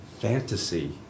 fantasy